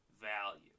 value